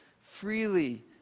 freely